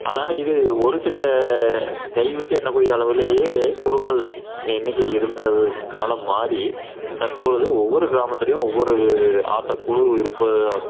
அதனால் இது ஒரு சில கைவிட்டு எண்ணக்கூடிய அளவுலேயே குழுக்கள் எண்ணிக்கை இருந்த காலம் மாறி தற்பொழுது ஒவ்வொரு கிராமத்துலேயும் ஒவ்வொரு ஆட்டக்குழு இருப்பது